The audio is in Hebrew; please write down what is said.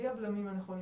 בלי הבלמים הנכונים,